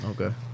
okay